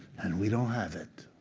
and we don't have it.